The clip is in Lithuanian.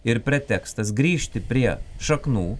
ir pretekstas grįžti prie šaknų